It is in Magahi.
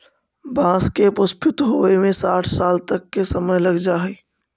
बाँस के पुष्पित होवे में साठ साल तक के समय लग जा हइ